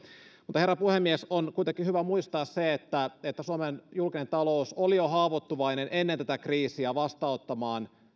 mutta herra puhemies on kuitenkin hyvä muistaa se että että suomen julkinen talous oli jo ennen tätä kriisiä haavoittuvainen vastaanottamaan